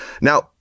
Now